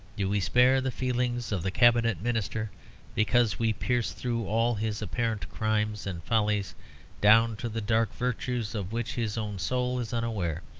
do we spare the feelings of the cabinet minister because we pierce through all his apparent crimes and follies down to the dark virtues of which his own soul is unaware?